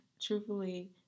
Truthfully